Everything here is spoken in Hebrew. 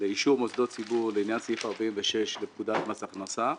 לאישור מוסדות ציבור לעניין סעיף 46 לפקודת מס הכנסה.